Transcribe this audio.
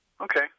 Okay